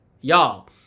y'all